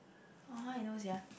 orh how you know sia